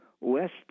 West